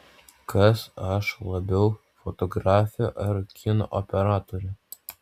kas aš labiau fotografė ar kino operatorė